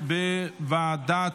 הזכות לחינוך לילדים בהשמה חוץ-ביתית),